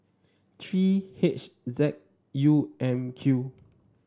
three H Z U M Q